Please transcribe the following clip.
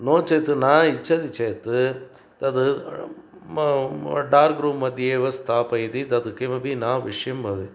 नो चेत् न इच्छति चेत् तद् म डार्क् रूम्मध्ये एव स्थापयति तत् किमपि न विषयं भवेत्